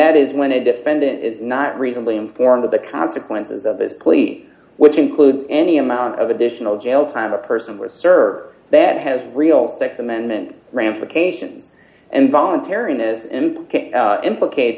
that is when a defendant is not reasonably informed of the consequences of his plea which includes any amount of additional jail time or person or serve that has real sex amendment ramifications and voluntariness him implicate